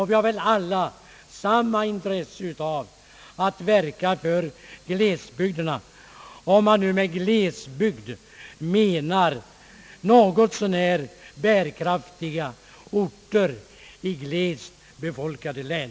Vi har väl alla samma intresse av att verka för glesbygderna, om man nu med glesbygd menar något så när bärkraftiga orter i glest befolkade län.